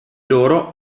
loro